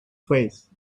face